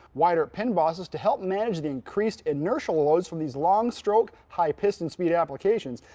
wider pin bosses to help manage the increase inertial loads from these long stroke, high piston speed applications,